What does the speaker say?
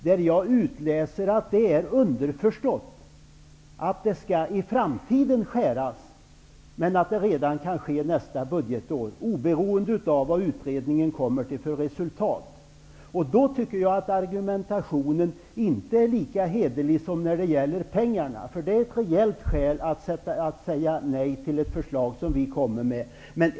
Där utläser jag att det är underförstått att det i framtiden skall skäras, men att det redan kan ske nästa budgetår, oberoende av vad utredningen kommer fram till resultat. Då tycker jag att argumentationen inte är lika hederlig som när det gäller pengarna, för det är ett rejält skäl att säga nej till ett förslag som vi kommer med.